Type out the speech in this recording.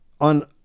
on